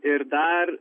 ir dar